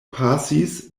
pasis